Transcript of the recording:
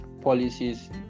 policies